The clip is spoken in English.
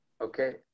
Okay